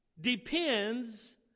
depends